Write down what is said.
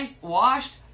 washed